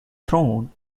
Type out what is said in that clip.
throne